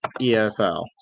EFL